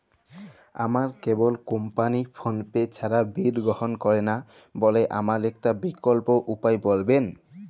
আমার কেবল company PhonePe ছাড়া বিল গ্রহণ করে না বলে আমার একটা বিকল্প উপায় বলবেন?